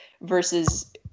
Versus